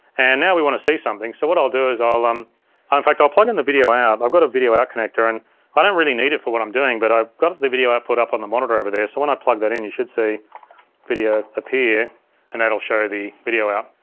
and now we wanna see something so what i'll do is um i'll, in fact i'll plug in the video out. i've got a video out connector and i don't really need it for what i'm doing but i've got the video output up on the monitor over there so when i plug that in you should see video appear and that'll show the video out,